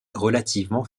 relativement